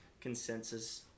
consensus